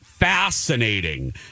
fascinating